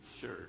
Sure